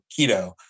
keto